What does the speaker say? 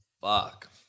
Fuck